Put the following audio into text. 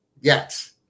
yes